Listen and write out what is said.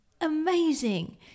Amazing